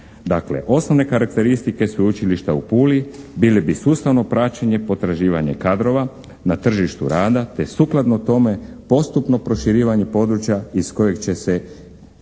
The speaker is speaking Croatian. osnovne karakteristike Sveučilišta u Puli bile bi sustavno praćenje i potraživanje kadrova na tržištu rada te sukladno tome postupno proširivanje područja iz kojeg će izlaziti